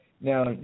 Now